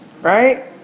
Right